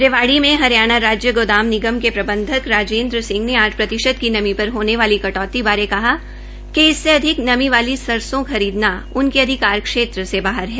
रेवाड़ी में हरियाणा राज्य परिवहन गोदाम निगम के प्रबंधक राजेन्द्र सिंह ने आठ प्रतिशत की नमी पर होने वाली कटौती बारे कहा कि इससे अधिक नमी सरसों खरीना उनके अधिकार क्षेत्र से बाहर है